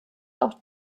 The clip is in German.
auch